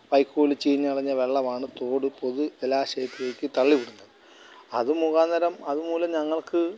വൈക്കോല് ചീഞ്ഞളഞ്ഞ വെള്ളമാണ് തോട് പൊതു ജലശായത്തിലേക്ക് തള്ളിവിടുന്നത് അത് മുഖാന്തിരം അതു മൂലം ഞങ്ങള്ക്ക്